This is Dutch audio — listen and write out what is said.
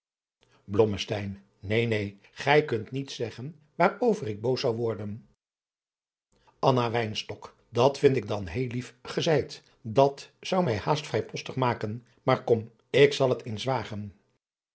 neen neen gij kunt niets zeggen waar over ik boos zou worden anna wynstok dat vind ik dan heel lief gezeid dat zou mij haast vrijpostig maken maar kom ik zal het eens wagen